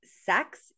sex